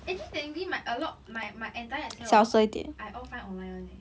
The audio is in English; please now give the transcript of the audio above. actually technically my a lot my my entire essay orh I offline online [one] leh